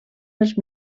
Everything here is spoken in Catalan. dels